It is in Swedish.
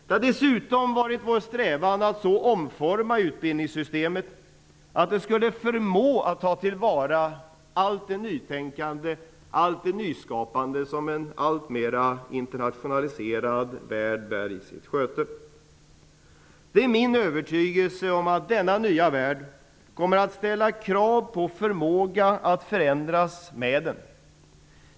Det har dessutom varit vår strävan att omforma utbildningssystemet så, att det skulle förmå att ta till vara allt det nytänkande och nyskapande som en alltmer internationaliserad värld bär i sitt sköte. Det är min övertygelse att denna nya värld kommer att ställa krav på en förmåga att förändras med den.